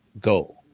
go